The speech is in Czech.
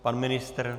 Pan ministr?